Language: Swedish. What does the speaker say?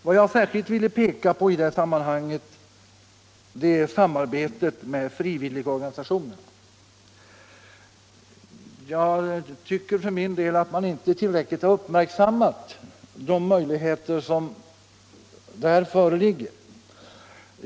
Vad jag särskilt ville peka på i det här sammanhanget är samarbetet med frivilligorganisationerna. Jag tycker för min del att man inte tillräckligt uppmärksammat de möjligheter som där föreligger.